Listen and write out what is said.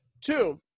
Two